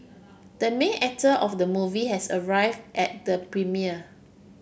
the main actor of the movie has arrived at the premiere